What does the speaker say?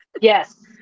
Yes